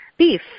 beef